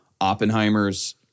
Oppenheimer's